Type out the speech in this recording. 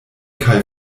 kaj